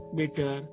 better